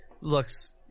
looks